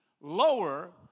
lower